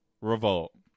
revolt